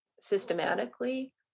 systematically